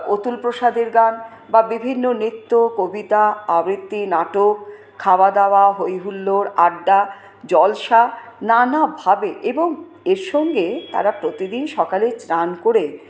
অতুলপ্রসাদের গান বা বিভিন্ন নৃত্য কবিতা আবৃত্তি নাটক খাওয়া দাওয়া হৈ হুল্লোড় আড্ডা জলসা নানাভাবে এবং এর সঙ্গে তারা প্রতিদিন সকালে স্নান করে